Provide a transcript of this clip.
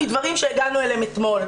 מדברים שהגיענו אליהם אתמול.